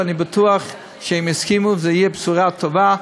ואני בטוח שהם יסכימו וזו תהיה בשורה טובה.